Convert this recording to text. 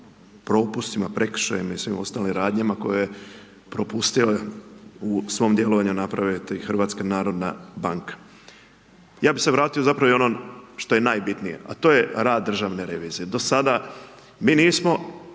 propustima, prekršajima i svim ostalim radnjama koje je propustio u svom djelovanju napraviti HNB. Ja bih se vratio zapravo i onom što je najbitnije, a to je rad državne revizije. Do sada mi nismo